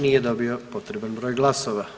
Nije dobio potreban broj glasova.